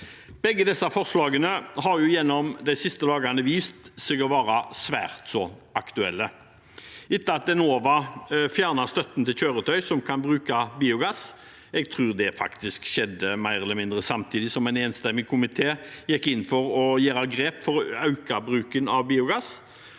Begge disse forslagene har gjennom de siste dagene vist seg å være svært så aktuelle etter at Enova fjernet støtten til kjøretøy som kan bruke biogass. Jeg tror det faktisk skjedde mer eller mindre samtidig som en enstemmig komité gikk inn for å ta grep for å øke bruken av biogass.